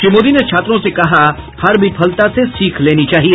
श्री मोदी ने छात्रों से कहा हर विफलता से सीख लेनी चाहिए